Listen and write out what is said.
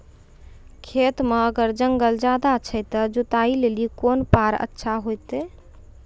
खेत मे अगर जंगल ज्यादा छै ते जुताई लेली कोंन फार अच्छा होइतै?